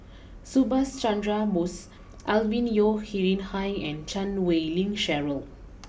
Subhas Chandra Bose Alvin Yeo Khirn Hai and Chan Wei Ling Cheryl